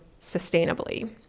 sustainably